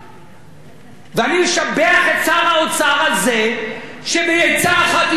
אני משבח את שר האוצר על זה שבעצה אחת אתו אנחנו מביאים את זה,